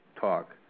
talk